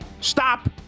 Stop